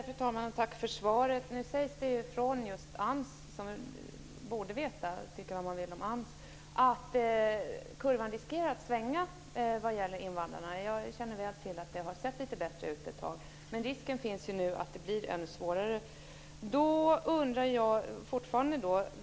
Fru talman! Tack för svaret. AMS säger - som borde veta, tycka vad man vill om AMS - att kurvan riskerar att svänga vad gäller invandrarna. Jag känner väl till att det har sett bättre ut ett tag. Risken finns nu att det blir än svårare.